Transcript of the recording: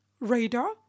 radar